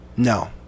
No